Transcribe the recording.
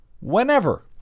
whenever